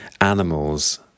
animals